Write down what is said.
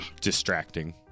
distracting